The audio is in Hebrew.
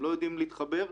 הם לא יודעים להתחבר,